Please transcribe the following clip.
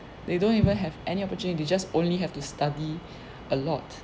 they don't even have any opportunity to just only have to study a lot